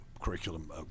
curriculum